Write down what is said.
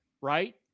right